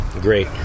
great